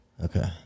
Okay